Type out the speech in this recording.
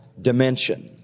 dimension